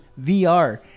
VR